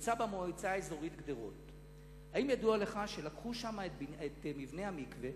שנמצא במועצה האזורית גדרות, לקחו את מבנה המקווה